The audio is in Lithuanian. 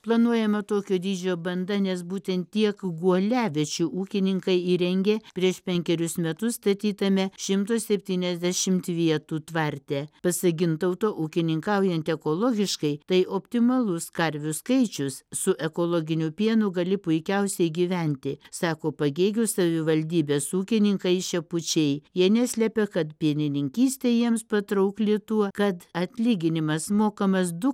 planuojama tokio dydžio banda nes būtent tiek guoliaviečių ūkininkai įrengė prieš penkerius metus statytame šimto septyniasdešimt vietų tvarte pasak gintauto ūkininkaujant ekologiškai tai optimalus karvių skaičius su ekologiniu pienu gali puikiausiai gyventi sako pagėgių savivaldybės ūkininkai šepučiai jie neslepia kad pienininkystė jiems patraukli tuo kad atlyginimas mokamas du